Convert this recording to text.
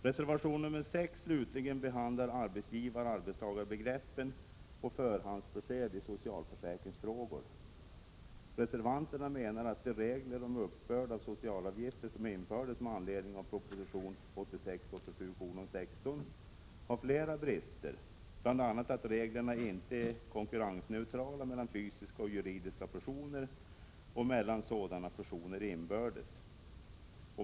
Reservation nr 6 behandlar arbetsgivar 87:16, har flera brister, bl.a. att reglerna inte är konkurrensneutrala mellan fysiska och juridiska personer och mellan sådana personer inbördes.